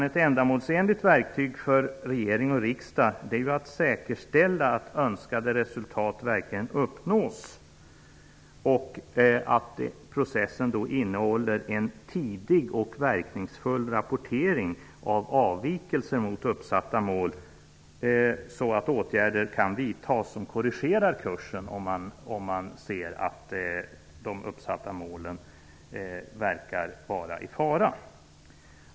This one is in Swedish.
Ett ändamålsenligt verktyg för regering och riksdag är att säkerställa att önskade resultat verkligen uppnås och att processen innehåller en tidig och verkningsfull rapportering av avvikelser mot uppsatta mål, så att åtgärder kan vidtas som korrigerar kursen, om man ser att de uppsatta målen verkar vara i fara.